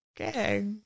Okay